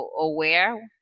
aware